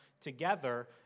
together